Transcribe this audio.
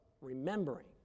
remembering